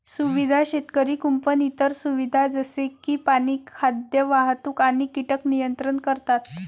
सुविधा शेतकरी कुंपण इतर सुविधा जसे की पाणी, खाद्य, वाहतूक आणि कीटक नियंत्रण करतात